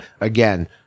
again